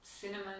cinnamon